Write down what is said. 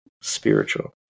spiritual